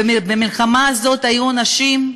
במלחמה הזאת היו אנשים,